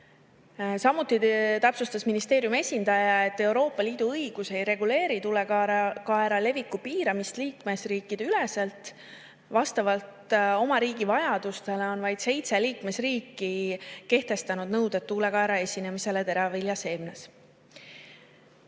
Samuti täpsustas ministeeriumi esindaja, et Euroopa Liidu õigus ei reguleeri tuulekaera leviku piiramist liikmesriigiüleselt. Vastavalt oma riigi vajadustele on vaid seitse liikmesriiki kehtestanud nõuded tuulekaera esinemise kohta teraviljaseemnes.